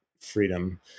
freedom